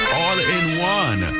all-in-one